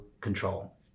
control